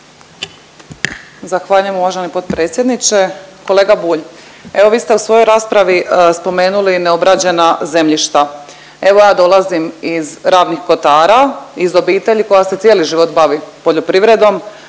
Zahvaljujem uvaženi potpredsjedniče.